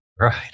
Right